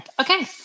Okay